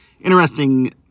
interesting